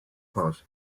pot